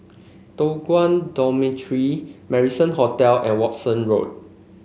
Toh Guan Dormitory Marrison Hotel and Walton Road